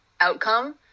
outcome